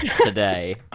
today